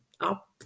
up